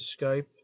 Skype –